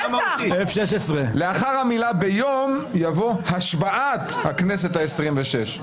לאחר המילה "ביום" יבוא "השבעת הכנסת העשרים-ושש".